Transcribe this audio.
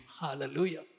Hallelujah